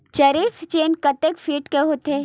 जरीब चेन कतेक फीट के होथे?